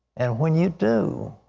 and when you do,